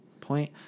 point